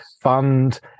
fund